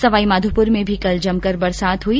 सवाईमाधोपुर में भी कल जमकर बरसात हुई